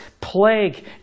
plague